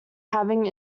having